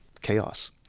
chaos